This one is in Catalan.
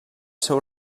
seu